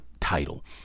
title